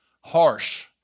harsh